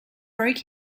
broke